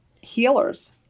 healers